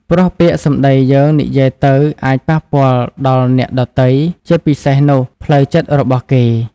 ព្រោះពាក្យសម្ដីយើងនិយាយទៅអាចប៉ះពាល់ដល់អ្នកដទៃ ជាពិសេសនោះផ្លូវចិត្តរបស់គេ។